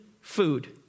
food